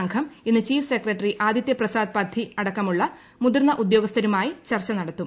സംഘം ഇന്ന് chief secretary Adityaprasad Padhi അടക്കമുള്ള മുതിർന്ന ഉദ്യോഗസ്ഥരുമായി ചർച്ച നടത്തും